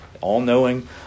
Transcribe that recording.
all-knowing